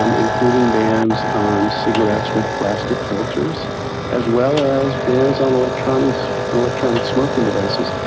um including bans on cigarettes with plastic filters as well as bans on electronic so electronic smoking devices.